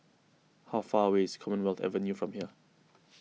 how far away is Commonwealth Avenue from here